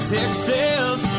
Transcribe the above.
Texas